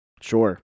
Sure